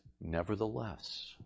nevertheless